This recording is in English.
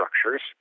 structures